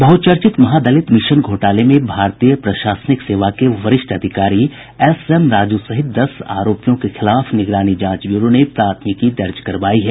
बह्चर्चित महादलित मिशन घोटाले में भारतीय प्रशासनिक सेवा के वरिष्ठ अधिकारी एसएम राजू सहित दस आरोपियों के खिलाफ निगरानी जांच ब्यूरो ने प्राथमिकी दर्ज करवायी है